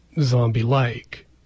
zombie-like